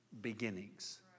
Beginnings